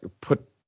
put